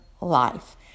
life